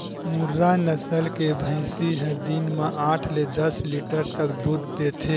मुर्रा नसल के भइसी ह दिन म आठ ले दस लीटर तक दूद देथे